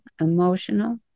emotional